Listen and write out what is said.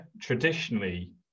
traditionally